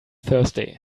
thursday